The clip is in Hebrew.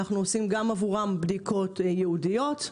אנחנו עושים גם עבורם בדיקות ייעודיות.